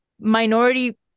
minority